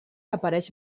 apareix